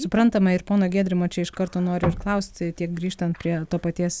suprantama ir pono giedrimo čia iš karto noriu klausti tiek grįžtant prie to paties